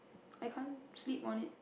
I can't sleep on it